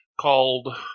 called